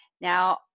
now